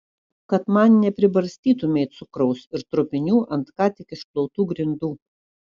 kad man nepribarstytumei cukraus ir trupinių ant ką tik išplautų grindų